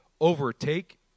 overtake